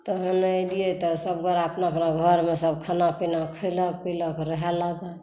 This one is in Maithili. तहन एलिए तऽ सभगोरा अपना अपना घरमे खाना पीना खेलक पिलक रहए लागल